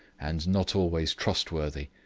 and not always trustworthy.